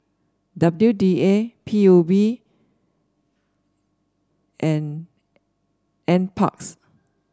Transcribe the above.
W D A P U B and N N parks